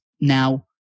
Now